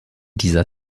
dieser